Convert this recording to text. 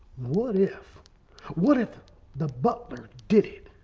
what if what if the butler did it.